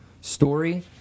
story